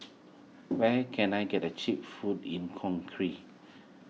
where can I get the Cheap Food in Conkry